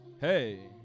Hey